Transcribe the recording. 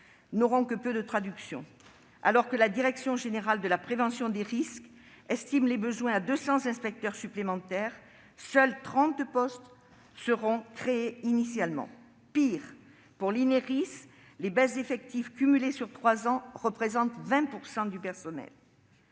n'auront que peu de traductions. Alors que la direction générale de la prévention des risques estime les besoins à 200 inspecteurs supplémentaires, seuls trente postes sont créés initialement. Pire, pour l'Ineris, les baisses d'effectifs cumulées sur trois ans représentent 20 % du personnel.